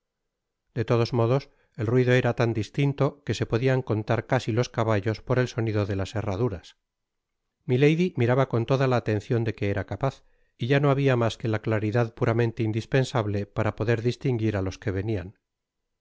de todos modos el ruido era tan distinto que se podian contar casi los caballos por el sonido delas herraduras milady miraba con toda la atencion de que era capaz y ya no habia masque la claridad puramente indispensable para poder distinguir á los que venian